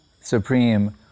supreme